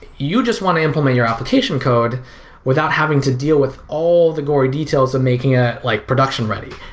you just want to implement your application code without having to deal with all the gory details of making it like production ready.